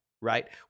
right